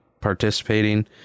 participating